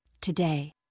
Today